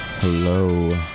hello